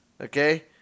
Okay